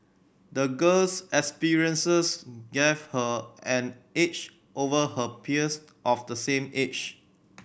the girl's experiences gave her an edge over her peers of the same age